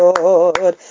Lord